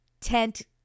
tent